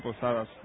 posadas